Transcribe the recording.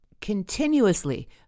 continuously